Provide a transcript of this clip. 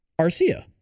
Arcia